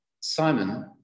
Simon